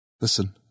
Listen